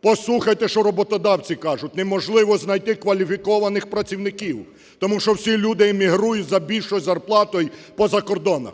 Послухайте, що роботодавці кажуть: неможливо знайти кваліфікованих працівників, тому що всі люди емігрують за більшою зарплатою по закордонах.